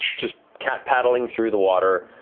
just cat paddling through the water,